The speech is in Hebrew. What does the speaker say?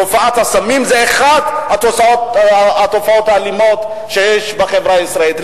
תופעת הסמים היא אחת התופעות האלימות שיש בחברה הישראלית.